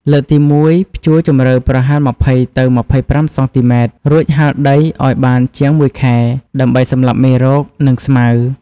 លើកទី១ ភ្ជួរជំរៅប្រហែល ២០ ទៅ ២៥ សង់ទីម៉ែត្រ រួចហាលដីឲ្យបានជាង ១ ខែ ដើម្បីសម្លាប់មេរោគ និងស្មៅ។